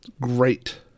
great